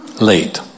late